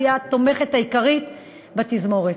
שהיא התומכת העיקרית בתזמורת.